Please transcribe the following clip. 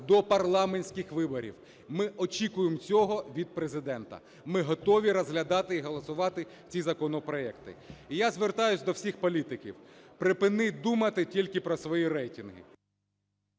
до парламентських виборів, ми очікуємо цього від Президента, ми готові розглядати і голосувати ці законопроекти. І я звертаюсь до всіх політиків. Припиніть думати тільки про свої рейтинги…